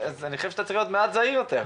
אתה צריך להיות זהיר יותר.